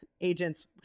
agents